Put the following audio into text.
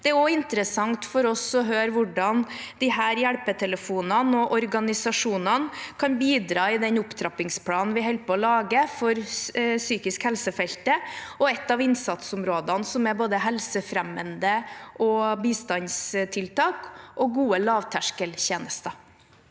Det er også interessant for oss å høre hvordan disse hjelpetelefonene og organisasjonene kan bidra i den opptrappingsplanen vi holder på å lage for psykisk helse-feltet, og et av innsatsområdene gjelder både helsefremmende tiltak, bistandstiltak og gode lavterskeltjenester.